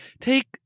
Take